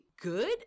good